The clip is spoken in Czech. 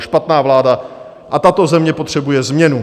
Je to špatná vláda a tato země potřebuje změnu.